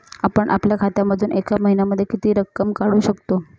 आपण आपल्या खात्यामधून एका महिन्यामधे किती रक्कम काढू शकतो?